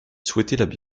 souhaitaient